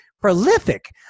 prolific